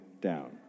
down